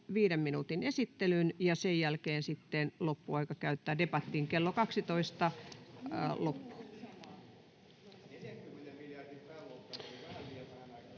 viiden minuutin esittelyn ja sen jälkeen sitten loppuaika käytetään debattiin. Kello 12 se loppuu.